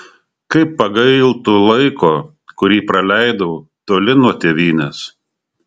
kaip pagailtų laiko kurį praleidau toli nuo tėvynės